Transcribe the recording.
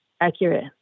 accurate